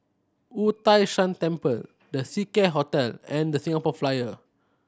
Wu Tai Shan Temple The Seacare Hotel and The Singapore Flyer